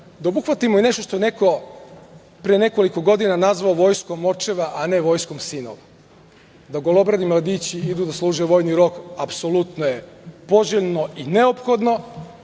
da obuhvatimo i nešto što je neko pre nekoliko godina nazvao vojskom očeva a ne vojskom sinova, da golobradi mladići idu da služe vojni rok, apsolutno je poželjno i neophodno